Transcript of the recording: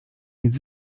nic